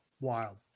Wild